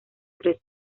tres